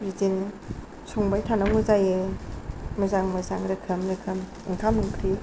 बिदिनो संबाय थानांगौ जायो मोजां मोजां रोखोम रोखोम ओंखाम ओंख्रि